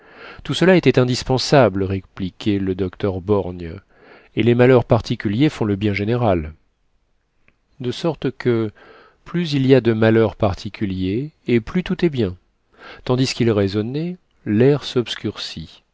tout cela était indispensable répliquait le docteur borgne et les malheurs particuliers font le bien général de sorte que plus il y a de malheurs particuliers et plus tout est bien tandis qu'il raisonnait l'air